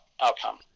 outcome